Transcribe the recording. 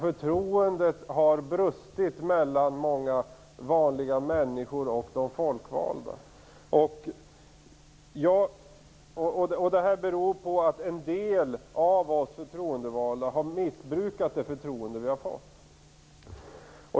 Förtroendet har brustit mellan många vanliga människor och de folkvalda. Detta beror på att en del av oss förtroendevalda har missbrukat det förtroende vi har fått.